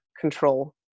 control